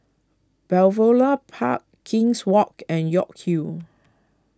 Balmoral Park King's Walk and York Hill